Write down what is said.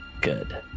good